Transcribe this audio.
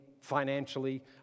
financially